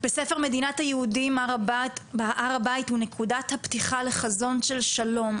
בספר מדינת היהודים הר הבית הוא נקודת הפתיחה לחזון של שלום,